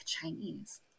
Chinese